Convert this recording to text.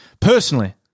personally